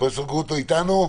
אתה איתנו?